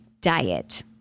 diet